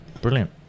brilliant